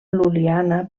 lul·liana